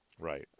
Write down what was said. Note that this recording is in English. Right